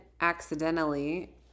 accidentally